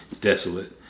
Desolate